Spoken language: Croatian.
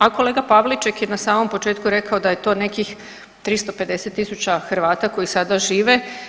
A kolega Pavliček je na samom početku rekao da je to nekih 350.000 Hrvata koji sada žive.